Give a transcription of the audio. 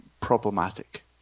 problematic